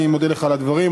אני מודה לך על הדברים.